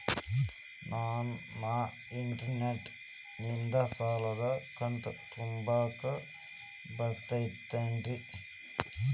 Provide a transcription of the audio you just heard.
ನಾ ಇಂಟರ್ನೆಟ್ ನಿಂದ ಸಾಲದ ಕಂತು ತುಂಬಾಕ್ ಬರತೈತೇನ್ರೇ?